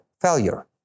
failure